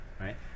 right